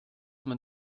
man